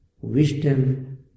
wisdom